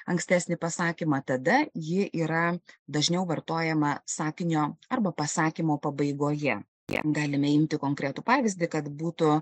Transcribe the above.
ankstesnį pasakymą tada ji yra dažniau vartojama sakinio arba pasakymo pabaigoje kiek galime imti konkretų pavyzdį kad būtų